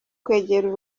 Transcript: kwegera